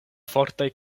fortaj